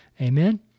Amen